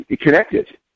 connected